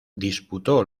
disputó